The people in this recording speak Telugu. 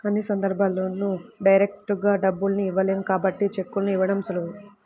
అన్ని సందర్భాల్లోనూ డైరెక్టుగా డబ్బుల్ని ఇవ్వలేం కాబట్టి చెక్కుల్ని ఇవ్వడం సులువు